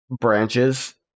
Branches